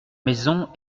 maison